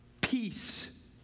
peace